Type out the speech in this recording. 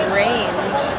range